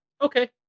okay